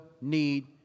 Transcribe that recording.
need